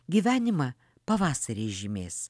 gyvenimą pavasarį žymės